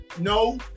no